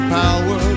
power